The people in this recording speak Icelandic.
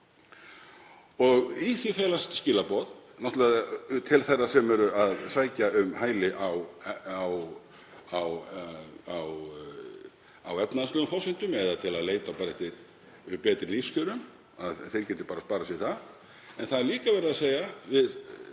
og í því felast þau skilaboð til þeirra sem eru að sækja um hæli á efnahagslegum forsendum eða til að leita eftir betri lífskjörum að þeir geti sparað sér það. En það er líka verið að segja við